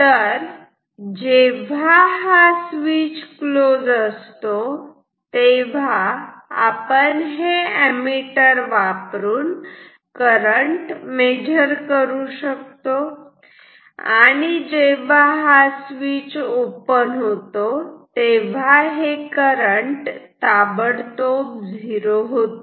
तर जेव्हा हा स्वीच क्लोज असतो तेव्हा आपण हे एमीटर वापरून करंट मेजर करू शकतो आणि जेव्हा हा स्वीच ओपन होतो तेव्हा हे करंट ताबडतोब झिरो होते